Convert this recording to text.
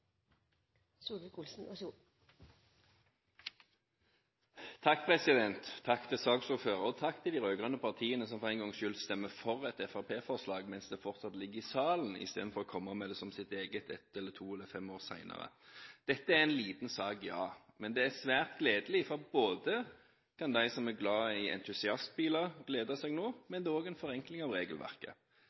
Takk til saksordføreren, og takk til de rød-grønne partiene som for en gangs skyld stemmer for et fremskrittspartiforslag mens det fortsatt ligger i salen, istedenfor å komme med det som sitt eget ett, to eller fem år senere. Dette er en liten sak, men den er svært gledelig – både kan de som er glad i entusiastbiler glede seg, og det er også en forenkling av regelverket.